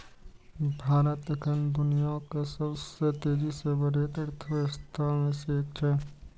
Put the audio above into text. भारत एखन दुनियाक सबसं तेजी सं बढ़ैत अर्थव्यवस्था मे सं एक छै